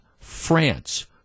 france